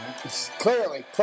Clearly